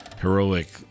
heroic